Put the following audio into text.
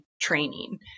training